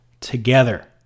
together